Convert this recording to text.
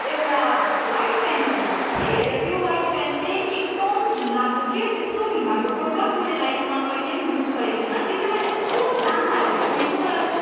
एउटा white pant लैजाको थिएँ र त्यो ह्वाइट प्यान्ट चाहिँ एकदम घिनलाग्दो के यस्तो घिनलाग्दो प्रडक्ट मैले लाइफमा कहिले पनि युज गरेको थिइनँ त्यो चाहिँ मैले यस्तो दाम हालेर किनेको तर